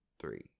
three